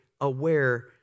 aware